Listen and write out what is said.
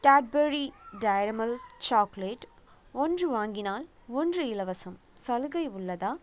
Cadbury dairy milk chocolate ஒன்று வாங்கினால் ஒன்று இலவசம் சலுகை உள்ளதா